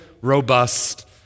robust